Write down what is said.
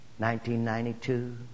1992